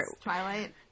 twilight